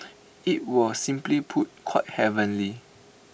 IT was simply put quite heavenly